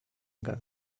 going